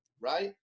right